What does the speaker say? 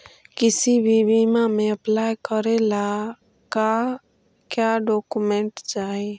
किसी भी बीमा में अप्लाई करे ला का क्या डॉक्यूमेंट चाही?